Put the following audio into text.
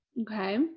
Okay